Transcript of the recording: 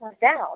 down